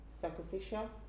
sacrificial